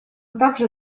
также